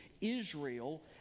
Israel